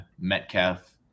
metcalf